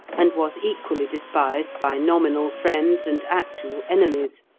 and was equally despised by nominal friends and actual enemies.